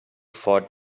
fought